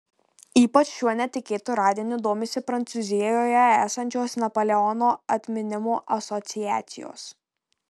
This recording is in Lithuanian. ypač šiuo netikėtu radiniu domisi prancūzijoje esančios napoleono atminimo asociacijos